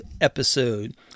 episode